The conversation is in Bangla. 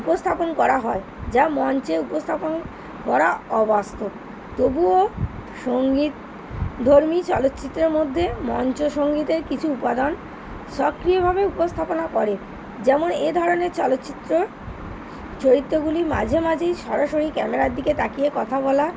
উপস্থাপন করা হয় যা মঞ্চে উপস্থাপন করা অবাস্তব তবুও সঙ্গীতধর্মী চলচ্চিত্রের মধ্যে মঞ্চসঙ্গীতের কিছু উপাদান সক্রিয়ভাবে উপস্থাপনা করে যেমন এ ধরনের চলচ্চিত্র চরিত্রগুলি মাঝে মাঝেই সরাসরি ক্যামেরার দিকে তাকিয়ে কথা বলা